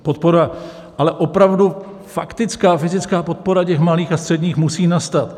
Podpora, ale opravdu faktická, fyzická podpora těch malých a středních musí nastat.